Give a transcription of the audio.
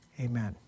Amen